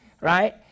right